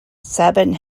sabin